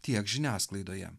tiek žiniasklaidoje